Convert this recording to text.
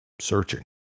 searching